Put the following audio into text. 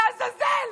לעזאזל.